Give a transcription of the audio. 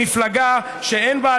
במפלגה שאין בה,